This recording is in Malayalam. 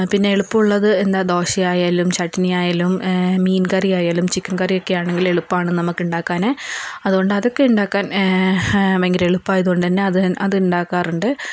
പിന്നെ എളുപ്പമുള്ളത് എന്താ ദോശയായാലും ചട്നി ആയാലും മീൻ കറി ആയാലും ചിക്കൻ കറിയൊക്കെ ആണെങ്കിൽ എളുപ്പമാണ് നമുക്ക് ഉണ്ടാക്കാന് അതുകൊണ്ട് അതൊക്കെ ഉണ്ടാക്കാൻ ഭയങ്കര എളുപ്പമായതുകൊണ്ട് തന്നെ അത് ഉണ്ടാക്കാറുണ്ട്